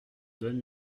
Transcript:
donne